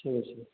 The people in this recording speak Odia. ଠିକ୍ ଅଛି